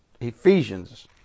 Ephesians